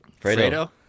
Fredo